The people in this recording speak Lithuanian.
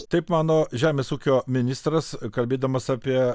taip mano žemės ūkio ministras kalbėdamas apie